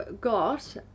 got